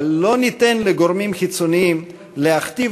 אבל לא ניתן לגורמים חיצוניים להכתיב